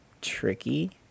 tricky